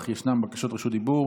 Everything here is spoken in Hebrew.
אך ישנן בקשות רשות דיבור.